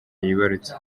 yibarutse